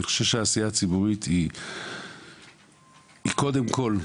כי אני חושב שהעשייה הציבורית היא קודם כול,